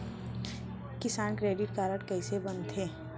किसान credit card कइसे बनथे?